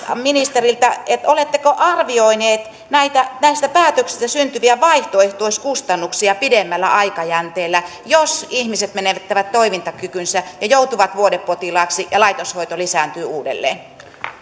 ministeriltä oletteko arvioineet näistä päätöksistä syntyviä vaihtoehtoiskustannuksia pidemmällä aikajänteellä jos ihmiset menettävät toimintakykynsä ja joutuvat vuodepotilaiksi ja laitoshoito lisääntyy uudelleen